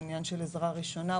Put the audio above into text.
העניין של עזרה ראשונה,